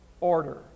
order